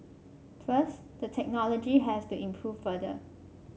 first the technology has to improve further